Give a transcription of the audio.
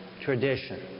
tradition